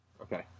okay